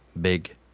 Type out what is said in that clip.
Big